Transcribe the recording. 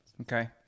okay